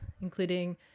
including